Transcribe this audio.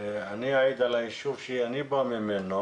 אני אעיד על היישוב שאני בא ממנו